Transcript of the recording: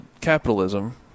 capitalism